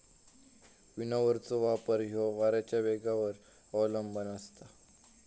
विनोव्हरचो वापर ह्यो वाऱ्याच्या येगावर अवलंबान असता